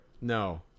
No